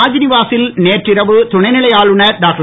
ராஜ்நிவாசில் நேற்றிரவு துணைநிலை ஆளுநர் டாக்டர்